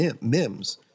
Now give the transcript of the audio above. Mims